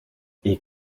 est